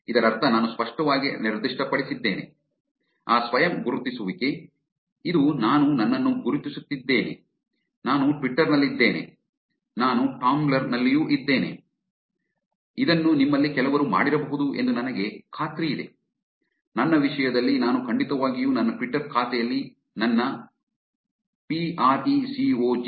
ಇದರರ್ಥ ನಾನು ಸ್ಪಷ್ಟವಾಗಿ ನಿರ್ದಿಷ್ಟಪಡಿಸಿದ್ದೇನೆ ಆ ಸ್ವಯಂ ಗುರುತಿಸುವಿಕೆ ಇದು ನಾನು ನನ್ನನ್ನು ಗುರುತಿಸುತ್ತಿದ್ದೇನೆ ನಾನು ಟ್ವಿಟರ್ ನಲ್ಲಿದ್ದೇನೆ ನಾನು ಟಾಂಬ್ಲ್ರ್ ನಲ್ಲಿಯೂ ಇದ್ದೇನೆ ಇದನ್ನು ನಿಮ್ಮಲ್ಲಿ ಕೆಲವರು ಮಾಡಿರಬಹುದು ಎಂದು ನನಗೆ ಖಾತ್ರಿಯಿದೆ ನನ್ನ ವಿಷಯದಲ್ಲಿ ನಾನು ಖಂಡಿತವಾಗಿಯೂ ನನ್ನ ಟ್ವಿಟರ್ ಖಾತೆಯಲ್ಲಿ ನನ್ನ precog